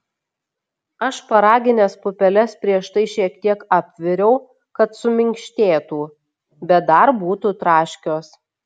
aš šparagines pupeles prieš tai šiek tiek apviriau kad suminkštėtų bet dar būtų traškios